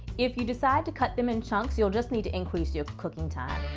if you decide to cut them in chunks, you'll just need to increase your cooking time,